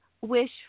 wish